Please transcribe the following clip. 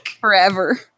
Forever